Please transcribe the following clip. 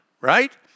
right